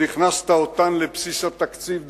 ועוד הכנסת אותן לבסיס התקציב,